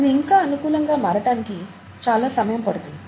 ఇది ఇంకా అనుకూలంగా మారటానికి చాలా సమయం పడుతుంది